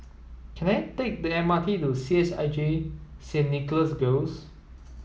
can I take the M R T to C H I J Saint Nicholas Girls